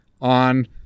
on